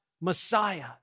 Messiah